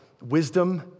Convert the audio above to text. Wisdom